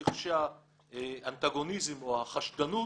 אני חושב שהאנטגוניזם או החשדנות